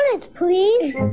please